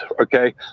okay